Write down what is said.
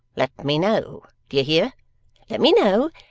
let me know d'ye hear? let me know,